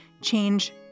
change